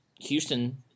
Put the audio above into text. Houston